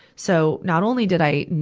so, not only did i,